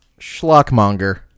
schlockmonger